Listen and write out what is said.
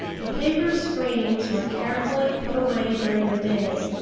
the paper screens were carefully put away during the day,